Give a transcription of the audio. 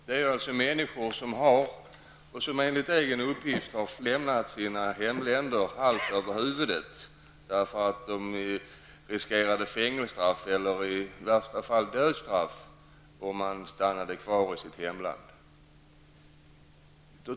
Det rör sig om människor som enligt egna uppgifter har lämnat sina hemländer hals över huvud, därför att de riskerar fängelsestraff eller i värsta fall dödsstraff om de stannar kvar i hemlandet.